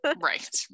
Right